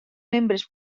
membres